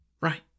Right